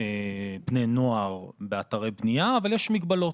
בני נוער באתרי בנייה אבל יש מגבלות